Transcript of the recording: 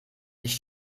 ich